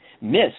Miss